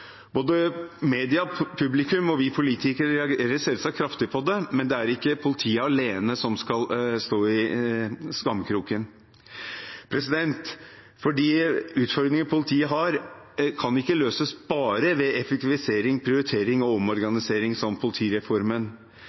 Både media, publikum og vi politikere reagerer selvsagt kraftig på det, men det er ikke politiet alene som skal stå i skammekroken. De utfordringene politiet har, kan ikke løses bare ved effektivisering, prioritering og omorganisering, som politireformen.